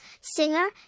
singer